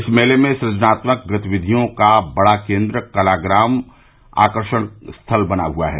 इस मेले में सृजनात्मक गतिविधियों का बडा केंद्र कलाग्राम आकर्षण स्थल बना हुआ है